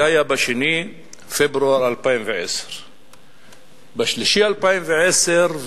זה היה ב-2 בפברואר 2010. במרס 2010,